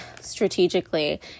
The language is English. strategically